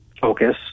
focus